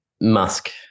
musk